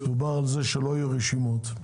דובר על זה שלא יהיו רשימות,